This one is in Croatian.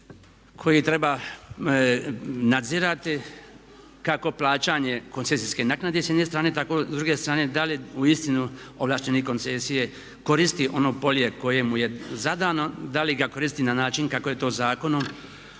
koji treba nadzirati kako plaćanje koncesijske naknade s jedne strane tako s druge strane da li je uistinu ovlaštenik koncesije koristi ono polje koje mu je zadano, da li ga koristi na način kako je to Zakonom